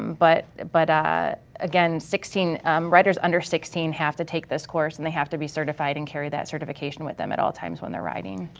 but but ah again, riders under sixteen have to take this course and they have to be certified and carry that certification with them at all times when they're riding.